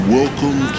welcome